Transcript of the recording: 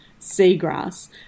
seagrass